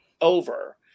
over